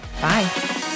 Bye